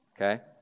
okay